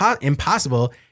impossible